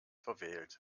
verwählt